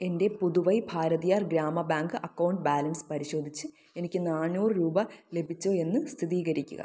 എൻ്റെ Puduvai Bharathiyar Grama bank account balance പരിശോധിച്ച് എനിക്ക് നാനൂറ് രൂപ ലഭിച്ചോ എന്ന് സ്ഥിതീകരിക്കുക